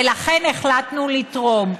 ולכן החלטנו לתרום.